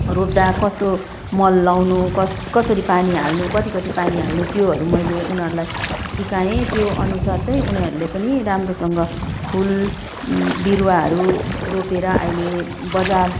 रोप्दा कस्तो मल लाउनु कस कसरी पानी हाल्नु कति कति पानी हाल्नु त्योहरू मैले उनीहरूलाई सिकाएँ त्योअनुसार चाहिँ उनीहरूले पनि राम्रोसँग फुल विरुवाहरू रोपेर अहिले बजार